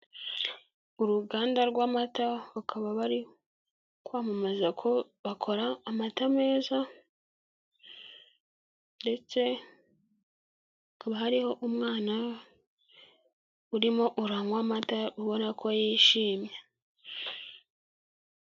Uruganda rw'amata, bakaba bari kwamamaza ko bakora amata meza ndetse hakaba hariho umwana urimo uranywa amata, ubona ko yishimye.